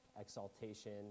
exaltation